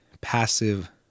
passive